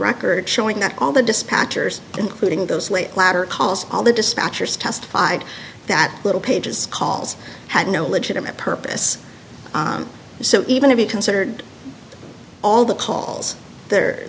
record showing that all the dispatchers including those late latter calls all the dispatchers testified that little page's calls had no legitimate purpose so even to be considered all the calls the